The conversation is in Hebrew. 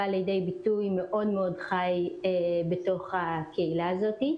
בא לידי ביטוי חי מאוד בתוך הקהילה הזאת.